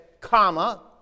comma